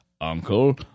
uncle